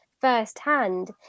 firsthand